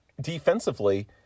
defensively